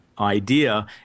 idea